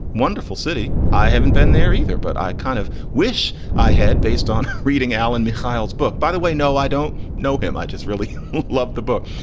wonderful city. i haven't been there either. but i kind of wish i had based on reading alan mikael's book, by the way. no, i don't know him. i just really loved the book.